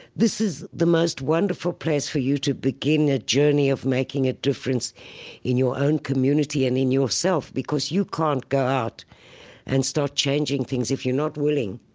this is the most wonderful place for you to begin a journey of making a difference in your own community and in yourself, because you can't go out and start changing things if you're not willing.